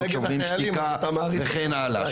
שוברים שתיקה וכן הלאה.